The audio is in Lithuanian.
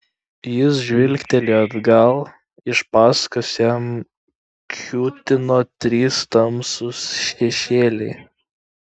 jis žvilgtelėjo atgal iš paskos jam kiūtino trys tamsūs šešėliai